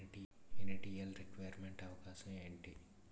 Initial requirement అవసరం ఎంటి?